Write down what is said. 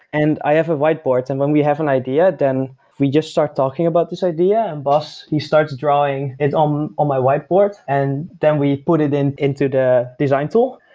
and i have a whiteboard. and when we have an idea, then we just start talking about this idea and bas, he starts drawing it all um on my whiteboard and then we put it and into the design tool.